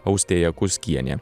austėja kuskienė